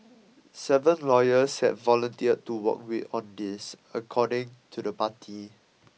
seven lawyers have volunteered to work with on this according to the party